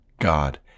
God